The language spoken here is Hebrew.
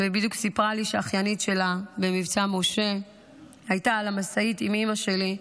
והיא סיפרה לי שהאחיינית שלה במבצע משה הייתה על המשאית עם אימא שלי,